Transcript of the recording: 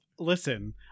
Listen